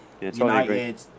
United